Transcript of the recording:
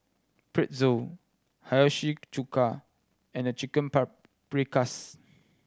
Pretzel Hiyashi Chuka and The Chicken Paprikas